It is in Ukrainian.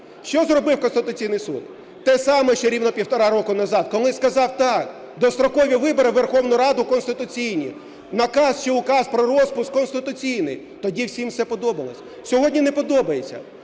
Що зробив Конституційний Суд? Те саме, що рівно півтора роки тому, коли сказав, так, дострокові вибори в Верховну Раду конституційні, наказ чи указ про розпуск конституційний. Тоді всім все подобалось, а сьогодні не подобається,